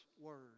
word